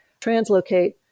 translocate